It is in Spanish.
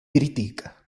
crítica